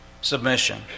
Submission